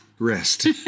Rest